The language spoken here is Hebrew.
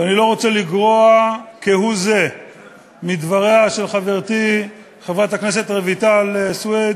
ואני לא רוצה לגרוע כהוא-זה מדבריה של חברתי חברת הכנסת רויטל סויד